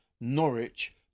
Norwich